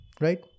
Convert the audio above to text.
right